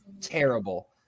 terrible